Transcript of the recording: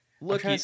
look